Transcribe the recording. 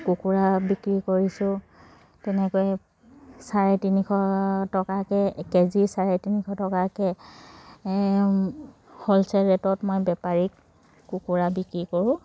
কুকুৰা বিক্ৰী কৰিছোঁ তেনেকৈ চাৰে তিনিশ টকাকৈ কেজি চাৰে তিনিশ টকাকৈ হ'লচেল ৰেটত মই বেপাৰীক কুকুৰা বিক্ৰী কৰোঁ